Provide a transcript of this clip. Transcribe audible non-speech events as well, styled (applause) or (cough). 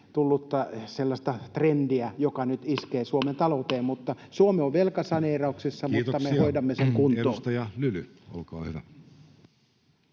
tullutta sellaista trendiä, joka nyt iskee Suomen talouteen. (noise) Suomi on velkasaneerauksessa, [Puhemies: Kiitoksia!] mutta me hoidamme sen kuntoon. Edustaja Lyly, olkaa hyvä.